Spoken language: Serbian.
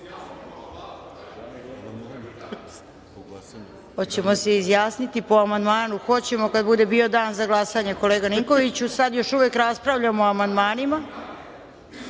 li se izjasniti po amandmanu? Hoćemo kada bude bio dan za glasanje kolega Ninkoviću sada još uvek raspravljamo o amandmanima. Hoćemo